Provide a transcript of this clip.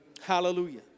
Hallelujah